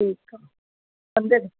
ठीकु आहे अंदरि